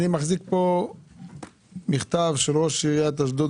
אני מחזיק פה מכתב של ראש עיריית אשדוד,